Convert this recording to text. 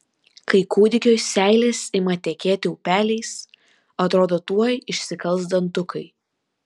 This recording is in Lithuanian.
kai kūdikiui seilės ima tekėti upeliais atrodo tuoj išsikals dantukai